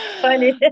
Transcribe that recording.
funny